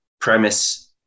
premise